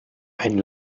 ein